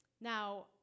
Now